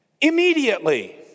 Immediately